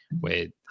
Wait